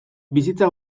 bizitza